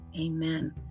Amen